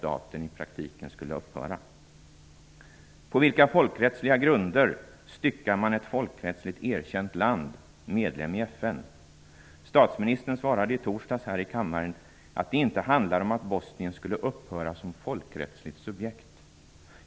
På vilka folkrättsliga grunder styckar man ett folkrättsligt erkänt land som är medlem i FN? Statsministern svarade i torsdags här i kammaren att det inte handlar om att Bosnien skulle upphöra som folkrättsligt subjekt.